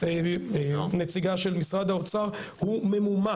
אם תרצו, מנהל סוכנות החלל, אורי אורון, יפרט